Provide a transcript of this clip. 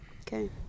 Okay